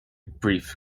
brief